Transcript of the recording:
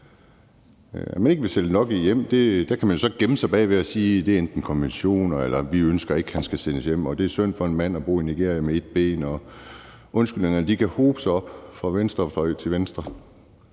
Når man ikke vil sende Lucky hjem, kan man så gemme sig bag enten at sige, at det er konventioner, eller at man ikke ønsker, han skal sendes hjem, og at det er synd for en mand at bo i Nigeria med ét ben. Undskyldningerne kan hobe sig op fra venstrefløjen til Venstre,